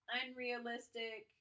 unrealistic